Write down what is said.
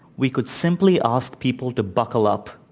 we could simply ask people to buckle up,